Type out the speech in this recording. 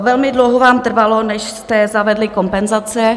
Velmi dlouho vám trvalo, než jste zavedli kompenzace.